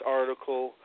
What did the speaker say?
article